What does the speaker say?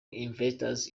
investors